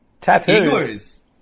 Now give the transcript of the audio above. Tattoos